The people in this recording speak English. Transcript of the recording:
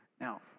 Now